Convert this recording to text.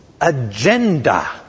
agenda